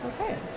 Okay